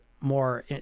more